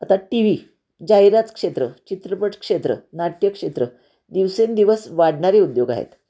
आता T V जाहिरात क्षेत्र चित्रपट क्षेत्र नाट्यक्षेत्र दिवसेंदिवस वाढणारे उद्योग आहेत